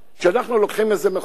כשאנחנו לוקחים איזו מכולה,